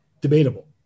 debatable